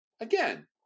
Again